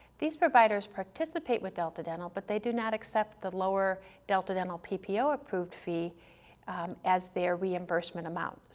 these providers participate with delta dental but they do not accept the lower delta dental ppo approved fee as their reimbursement amount,